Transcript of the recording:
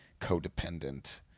codependent